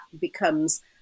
becomes